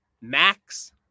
Max